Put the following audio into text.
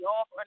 off